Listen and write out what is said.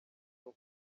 uko